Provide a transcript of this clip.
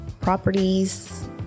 properties